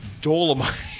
Dolomite